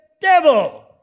devil